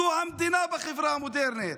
זה המדינה בחברה המודרנית,